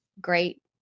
great